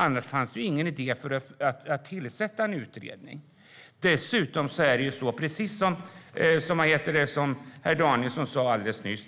Annars är det ingen idé att tillsätta en utredning. Dessutom är det, precis som herr Danielsson sa alldeles nyss,